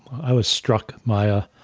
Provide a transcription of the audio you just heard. i was struck maya,